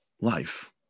life